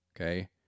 Okay